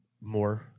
more